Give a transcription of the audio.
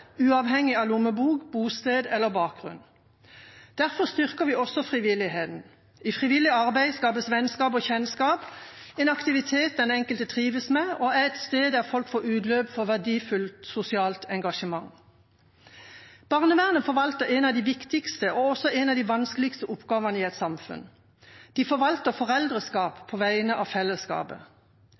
uavhengig av lommebok, bosted eller bakgrunn. Derfor styrker vi også frivilligheten. I frivillig arbeid skapes vennskap og kjennskap, en aktivitet den enkelte trives med, og et sted der folk får utløp for verdifullt sosialt engasjement. Barnevernet forvalter en av de viktigste og også en av de vanskeligste oppgavene i et samfunn. De forvalter foreldreskap på vegne av fellesskapet.